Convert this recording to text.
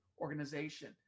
organization